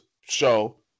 show